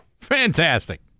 Fantastic